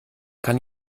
kann